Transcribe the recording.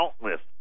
Countless